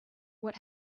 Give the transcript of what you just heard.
what